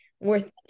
worth